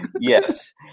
Yes